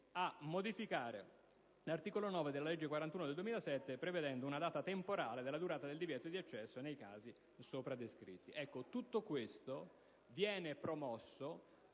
di modificare l'articolo 9 della legge n. 41 del 2007, prevedendo una scadenza temporale della data del divieto di accesso nei casi sopra descritti. Tutto ciò viene promosso